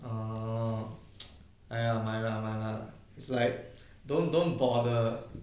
err !aiya! mai lah mai lah it's like don't don't bother